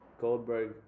Goldberg